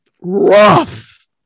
Rough